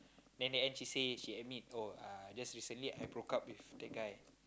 then the end she say she admit oh uh just recently I broke up with that guy